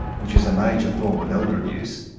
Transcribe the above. which is a major form of elder abuse,